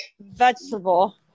Vegetable